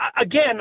again